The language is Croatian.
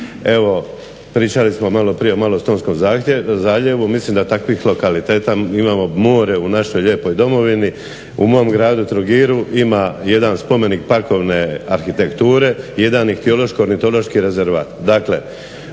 Evo, pričali smo malo prije o malostonskom zaljevu. Mislim da takvih lokaliteta imamo more u našoj lijepoj Domovini. U mom gradu Trogiru ima jedan spomenik parkovne arhitekture, jedan …/Govornik se ne razumije./… rezervat.